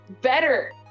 better